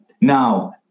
Now